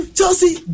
Chelsea